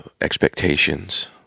expectations